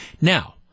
Now